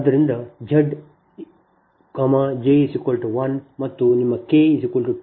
ಆದ್ದರಿಂದ Z j 1 ಮತ್ತು ನಿಮ್ಮ k 2